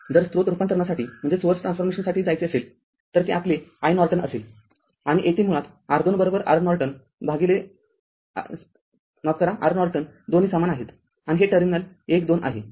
जर स्त्रोत रूपांतरणासाठी जायचे असेल तर ते आपले iNorton असेल आणि येथे मुळात R२ R Norton दोन्ही समान आहेत आणि हे टर्मिनल १ २ आहे